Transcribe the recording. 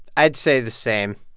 i'd say the same.